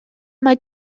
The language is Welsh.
mae